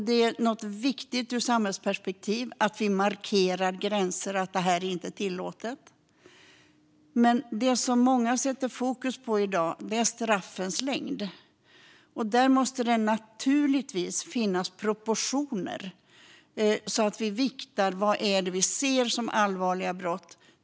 Det är viktigt ur ett samhällsperspektiv att vi markerar gränser för vad som är tillåtet. Det som många sätter fokus på i dag är straffens längd. Där måste det naturligtvis finnas proportioner. Vi måste vikta vad vi anser vara allvarliga brott.